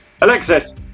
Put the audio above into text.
Alexis